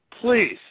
please